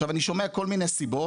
עכשיו אני שומע כל מיני סיבות,